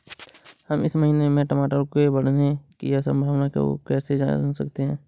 हम इस महीने में टमाटर के बढ़ने की संभावना को कैसे जान सकते हैं?